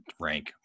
rank